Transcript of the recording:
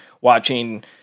watching